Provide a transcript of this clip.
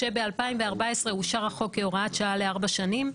ב-2014 אושר החוק כהוראת שעה לארבע שנים.